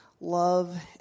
love